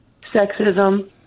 sexism